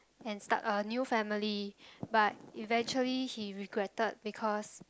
and start a new family but eventually he regretted because